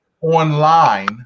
online